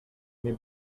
may